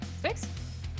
six